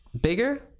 bigger